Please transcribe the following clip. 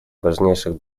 важнейших